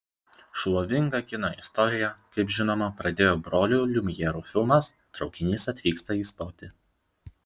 šlovingą kino istoriją kaip žinoma pradėjo brolių liumjerų filmas traukinys atvyksta į stotį